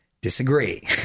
disagree